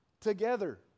together